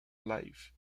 life